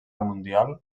mundial